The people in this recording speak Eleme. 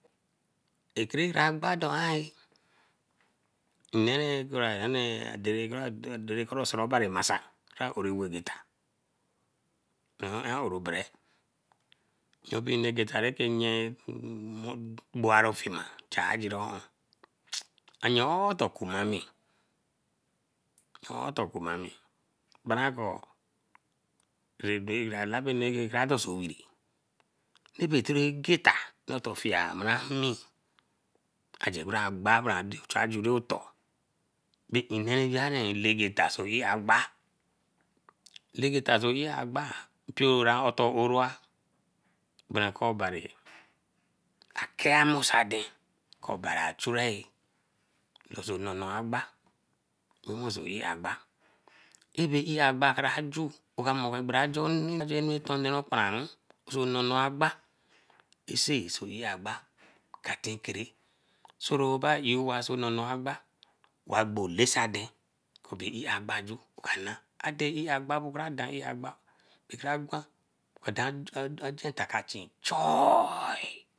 Ekere agba don an. Nne ra kora dore kure osaro obari masn ar ore ewo gata eyan orobere bey nne geta ra nne gbora fima chageron. Ayotocuma. i ayotocumami bra kor krede ra name rake do so owiri. Kebe tere geta ota fiemuro ami ade ba agba bae chaberetor nne wearin nne legeta soegba. Legeta soegba mpio a otor orooh barakor obari akeamusande, obari achureh lolo nuru agba weh wenso iagba. Ebe iagba kra ju oka mo okparanwen so nor nor agba egba ka tin kaere soroba ey ewa sonono agba wa gbo lessande kebe iagba aju, oka nah iagba bokran dan iagba kran gwan achete ka chin choweh.